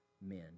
men